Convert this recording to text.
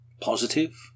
Positive